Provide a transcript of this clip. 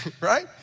right